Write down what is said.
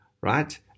right